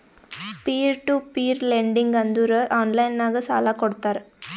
peer to peer lending ಅಂದುರ್ online ನಾಗ್ ಸಾಲಾ ಕೊಡ್ತಾರ